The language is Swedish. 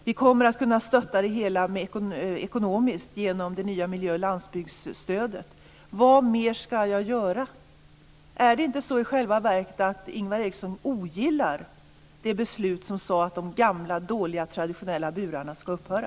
Vi kommer att kunna stödja övergången ekonomiskt genom det nya miljö och landsbygdsstödet. Vad mer ska jag göra? Är det inte i själva verket så att Ingvar Eriksson ogillar det beslut som sade att de gamla och dåliga traditionella burarna ska upphöra?